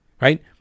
right